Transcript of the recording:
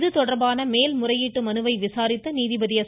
இதுதொடர்பான மேல்முறையீட்டு மனுவை விசாரித்த நீதிபதி எஸ்